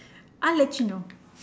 I let you know